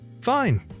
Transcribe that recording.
Fine